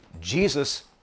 Jesus